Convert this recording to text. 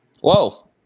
Whoa